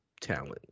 talent